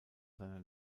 seiner